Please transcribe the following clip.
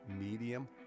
Medium